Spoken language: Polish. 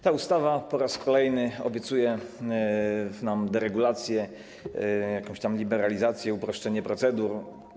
Ta ustawa po raz kolejny obiecuje nam deregulację, jakąś tam liberalizację, uproszczenie procedur.